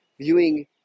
viewing